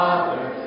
Father